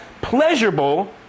pleasurable